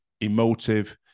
emotive